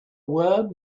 were